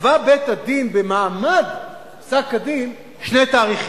יקבע בית-הדין, במעמד פסק-הדין, שני תאריכים: